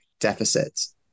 Deficits